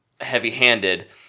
heavy-handed